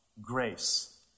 grace